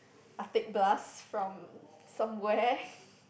I take bus from somewhere